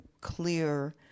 clear